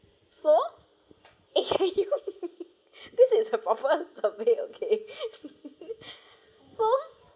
so actually you this is a proper survey okay so